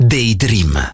Daydream